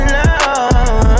love